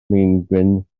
maengwyn